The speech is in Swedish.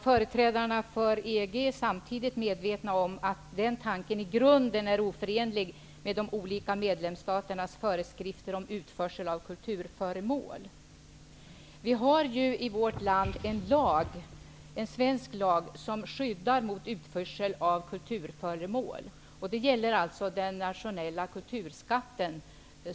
Företrädarna för EG är samtidigt medvetna om att den tanken i grunden är oförenlig med de olika medlemsstaternas föreskrifter om utförsel av kulturföremål. Vi har i vårt land en lag som fungerar som ett skydd mot utförsel av kulturföremål. Jag talar alltså nu om den nationella kulturskatten.